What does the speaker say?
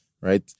right